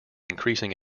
increasing